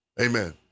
amen